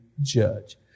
judge